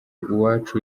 uwacu